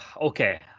okay